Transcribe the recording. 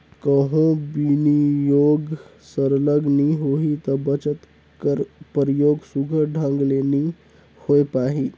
कहों बिनियोग सरलग नी होही ता बचत कर परयोग सुग्घर ढंग ले नी होए पाही